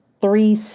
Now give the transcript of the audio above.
three